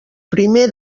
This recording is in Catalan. primer